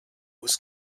was